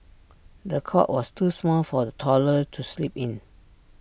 the cot was too small for the toddler to sleep in